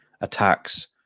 attacks